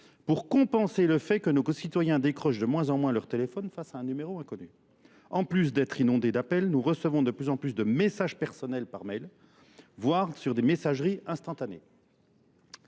pour compenser le fait que nos concitoyens décrochent de moins en moins leurs téléphones face à un numéro inconnu. En plus d'être inondés d'appels, nous recevons de plus en plus de messages personnels par mail, voire sur des messageries instantanées.